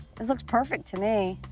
this looks perfect to me.